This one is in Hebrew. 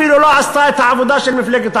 אפילו לא עשתה את העבודה של מפלגת העבודה.